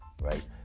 right